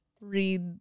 read